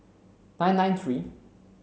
nine nine three